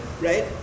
right